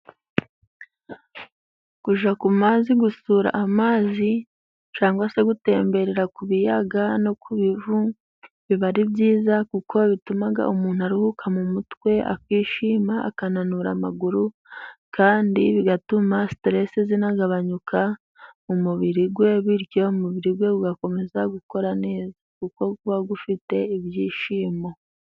Kujya ku mazi gusura amazi cyangwa se gutemberera ku biyaga no ku bivu biba ari byiza kuko bituma umuntu aruhuka mu mutwe akishima, akananura amaguru ,kandi bigatuma siteresi zinagabanyuka mu mubiri we, bityo umubiri we ugakomeza gukora neza kuko uba ufite ibyishimo.